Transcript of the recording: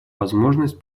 возможность